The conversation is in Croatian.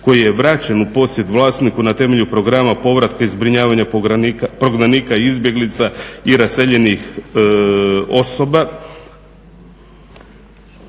koji je vraćen u posjed vlasniku na temelju programa i zbrinjavanja prognanika i izbjeglica i raseljenih osoba,